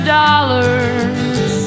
dollars